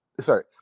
sorry